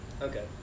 Okay